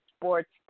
sports